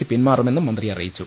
C പിന്മാറു മെന്നും മന്ത്രി അറിയിച്ചു